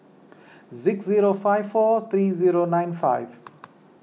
six zero five four three zero nine five